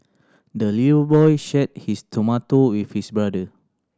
the little boy shared his tomato with his brother